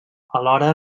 alhora